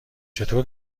چطور